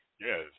Yes